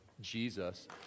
Jesus